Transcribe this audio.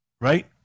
right